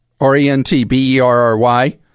R-E-N-T-B-E-R-R-Y